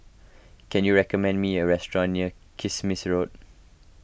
can you recommend me a restaurant near Kismis Road